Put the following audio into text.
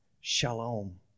Shalom